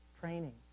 training